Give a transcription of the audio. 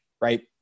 Right